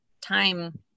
time